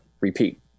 repeat